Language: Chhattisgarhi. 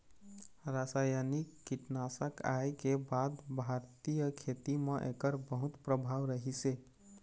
रासायनिक कीटनाशक आए के बाद भारतीय खेती म एकर बहुत प्रभाव रहीसे